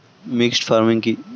Mixed farming কি?